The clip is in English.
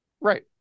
right